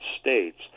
States